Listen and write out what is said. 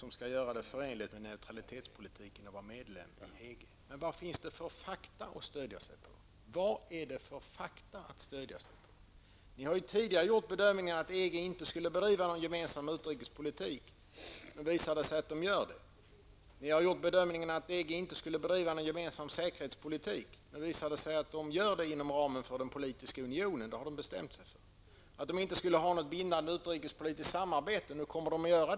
Det skulle kunna vara förenligt med säkerhetspolitiken att vara medlem av EG. Men vilka fakta kan man stödja sig på? Ni har ju tidigare gjort bedömningen att EG inte skulle bedriva någon gemensam utrikespolitik. Nu visar det sig att EG gör detta. Vidare har ni gjort bedömningen att EG inte skulle bedriva någon gemensam säkerhetspolitik. Nu visar det sig att EG gör det inom ramen för den politiska unionen. Det har blivit bestämt. Det skulle inte bli något bindande utrikespolitiskt samarbete. Nu blir det ett sådant.